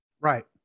Right